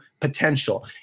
potential